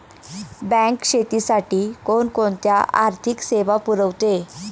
Bank शेतीसाठी कोणकोणत्या आर्थिक सेवा पुरवते?